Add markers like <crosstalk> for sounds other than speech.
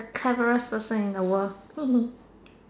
become the cleverest person in the world <laughs>